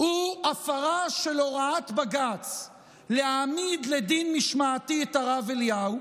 הוא הפרה של הוראת בג"ץ להעמיד לדין משמעתי את הרב אליהו.